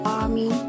army